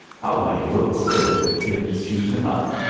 i'll lay you a quid the kid chews him up.